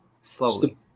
slowly